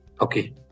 Okay